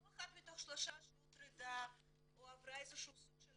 לא אחת מתוך שלוש שהוטרדה או עברה איזשהו סוג של